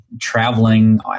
traveling